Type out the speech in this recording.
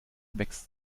wächst